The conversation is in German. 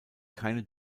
keine